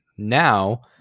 now